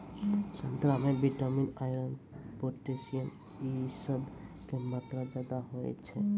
संतरा मे vitamin, iron, potassium इ सभ के मात्रा ज्यादा होय छै